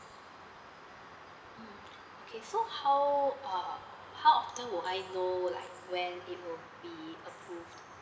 mm okay so how uh how often would I know like when it will be approved